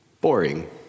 boring